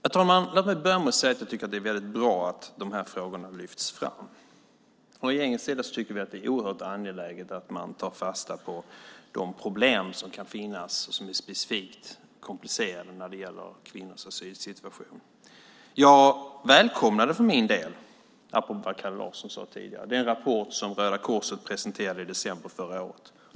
Herr talman! Låt mig börja med att säga att jag tycker att det är väldigt bra att de här frågorna lyfts fram. Regeringen tycker att det är oerhört angeläget att man tar fasta på de problem som kan finnas och som är specifikt komplicerade när det gäller kvinnors asylsituation. Apropå vad Kalle Larsson sade tidigare välkomnade jag den rapport som Röda Korset presenterade i december förra året.